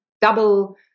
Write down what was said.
double